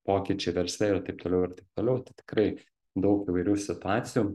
pokyčiai versle ir taip toliau ir taip toliau tikrai daug įvairių situacijų